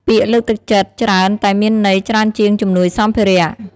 ពាក្យលើកទឹកចិត្តច្រើនតែមានន័យច្រើនជាងជំនួយសម្ភារៈ។